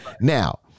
Now